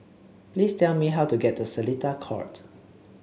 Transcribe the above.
please tell me how to get to Seletar Court